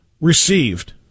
received